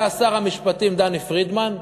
היה שר המשפטים דני פרידמן,